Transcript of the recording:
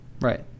Right